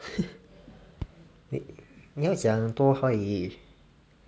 你你要讲多华语